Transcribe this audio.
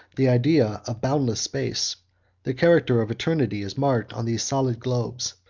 the idea of boundless space the character of eternity is marked on these solid globes,